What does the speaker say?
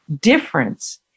difference